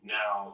now